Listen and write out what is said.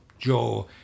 Joe